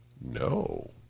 No